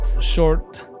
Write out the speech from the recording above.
short